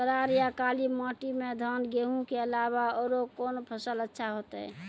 करार या काली माटी म धान, गेहूँ के अलावा औरो कोन फसल अचछा होतै?